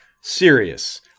serious